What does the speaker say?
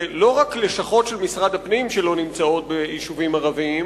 זה לא רק לשכות של משרד הפנים שלא נמצאות ביישובים ערביים,